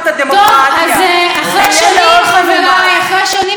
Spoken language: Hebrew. אמרתי: אולי אתם תהיו המנטורים,